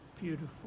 Beautiful